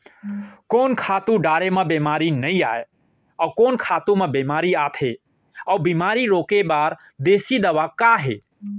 कोन खातू डारे म बेमारी नई आये, अऊ कोन खातू म बेमारी आथे अऊ बेमारी रोके बर देसी दवा का हे?